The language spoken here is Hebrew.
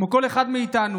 כמו כל אחד מאיתנו,